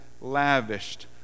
lavished